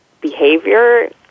behavior